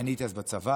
הייתי אז בצבא.